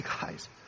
guys